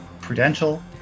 Prudential